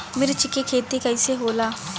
मिर्च के खेती कईसे होला?